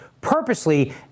purposely